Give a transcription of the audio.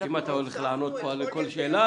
אם אתה הולך לענות פה על כל שאלה.